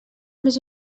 més